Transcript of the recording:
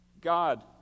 God